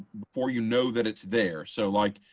before you know that it's there? so, like,